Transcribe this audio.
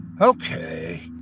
Okay